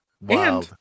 Wow